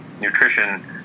nutrition